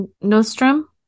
Nostrum